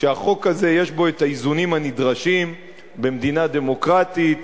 שהחוק הזה יש בו האיזונים הנדרשים במדינה דמוקרטית